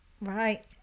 Right